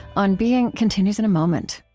on being continues in a moment